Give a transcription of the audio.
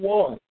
one